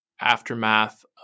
aftermath